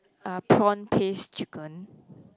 uh prawn paste chicken